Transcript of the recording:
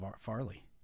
Farley